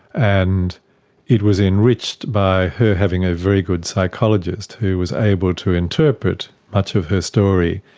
and it was enriched by her having a very good psychologist who was able to interpret much of her story.